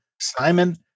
Simon